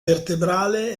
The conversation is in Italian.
vertebrale